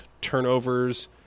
turnovers